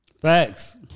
Facts